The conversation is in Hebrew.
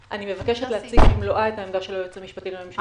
מבקשת להציג במלואה את העמדה של היועץ המשפטי לממשלה.